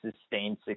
sustained